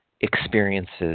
experiences